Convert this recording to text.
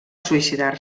suïcidar